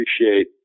appreciate